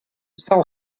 tell